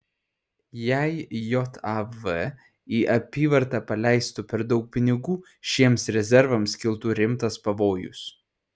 jei jav į apyvartą paleistų per daug pinigų šiems rezervams kiltų rimtas pavojus